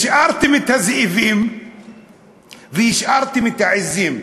השארתם את הזאבים והשארתם את העזים,